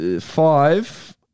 five